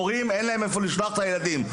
להורים אין מסגרת לשלוח אליה את הילדים.